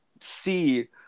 see